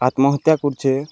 ଆତ୍ମହତ୍ୟା କରୁଚେ